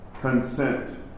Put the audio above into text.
Consent